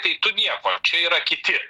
tai tu nieko čia yra kiti